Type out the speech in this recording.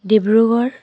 Dibrugarh